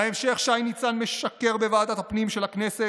בהמשך שי ניצן משקר בוועדת הפנים של הכנסת,